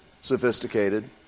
sophisticated